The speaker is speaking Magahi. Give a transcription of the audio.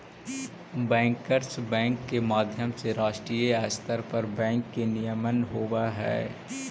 बैंकर्स बैंक के माध्यम से राष्ट्रीय स्तर पर बैंक के नियमन होवऽ हइ